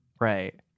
Right